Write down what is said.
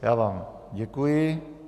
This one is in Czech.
Já vám děkuji.